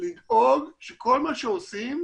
לדאוג שכל מה שעושים